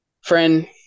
friend